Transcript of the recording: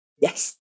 Yes